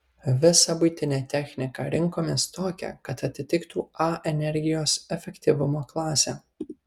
visą buitinę techniką rinkomės tokią kad atitiktų a energijos efektyvumo klasę